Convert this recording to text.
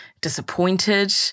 disappointed